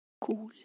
cool